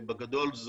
הפחם בגדול,